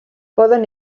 poden